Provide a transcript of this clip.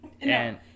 and-